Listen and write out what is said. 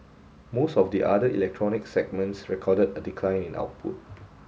most of the other electronics segments recorded a decline in output